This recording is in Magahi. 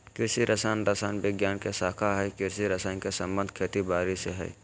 कृषि रसायन रसायन विज्ञान के शाखा हई कृषि रसायन के संबंध खेती बारी से हई